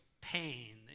pain